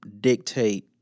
dictate